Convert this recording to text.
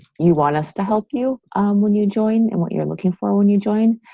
you want us to help you when you join and what you're looking for when you join.